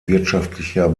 wirtschaftlicher